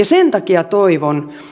sen takia toivon